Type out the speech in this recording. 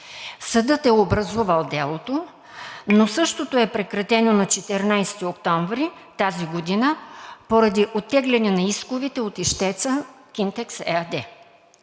Съдът е образувал делото, но същото е прекратено на 14 октомври тази година поради оттегляне на исковете от ищеца „Кинтекс“ ЕАД.